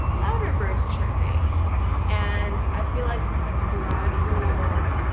louder birds chirping and i feel like this gradual.